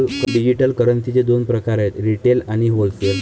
digital करन्सीचे दोन प्रकार आहेत रिटेल आणि होलसेल